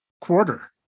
quarter